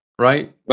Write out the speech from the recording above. right